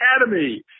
Academy